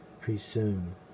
presume